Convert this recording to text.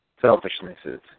selfishnesses